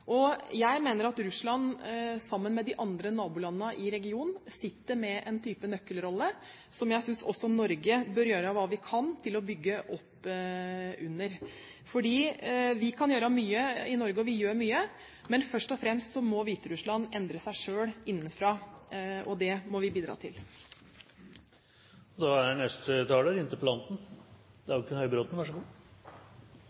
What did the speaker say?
Jeg mener at Russland, sammen med de andre nabolandene i regionen, sitter med en type nøkkelrolle, som jeg synes vi i Norge bør gjøre hva vi kan for å bygge opp under. Vi kan gjøre mye i Norge – og vi gjør mye – men først og fremst må Hviterussland endre seg selv innenfra. Det må vi bidra til.